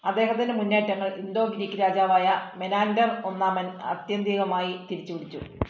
അദ്ദേഹത്തിൻ്റെ മുന്നേറ്റങ്ങൾ Indo Greek രാജാവായ മെനാൻഡർ ഒന്നാമൻ ആത്യന്തികമായി തിരിച്ചുപിടിച്ചു